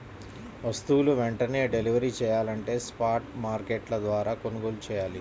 వస్తువులు వెంటనే డెలివరీ చెయ్యాలంటే స్పాట్ మార్కెట్ల ద్వారా కొనుగోలు చెయ్యాలి